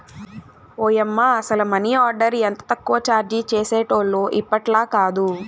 ఓయమ్మ, అసల money order ఎంత తక్కువ చార్జీ చేసేటోల్లో ఇప్పట్లాకాదు